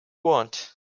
want